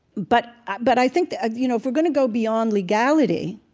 but i but i think that, you know, if we're going to go beyond legality,